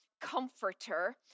comforter